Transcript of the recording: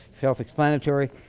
self-explanatory